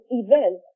event